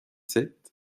sept